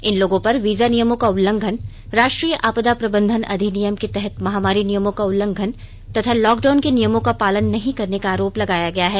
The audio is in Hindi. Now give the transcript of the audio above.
इन लोगों पर वीजा नियमों का उल्लंघन राष्ट्रीय आपदा प्रबंधन अधिनियम के तहत महामारी नियमों का उल्लंघन तथा लॉकडाउन के नियमों का पालन नहीं करने का आरोप लगाया गया है